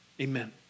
amen